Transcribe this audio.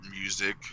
music